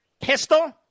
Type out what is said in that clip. pistol